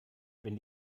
wenn